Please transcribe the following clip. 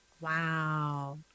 Wow